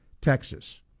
Texas